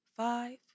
Five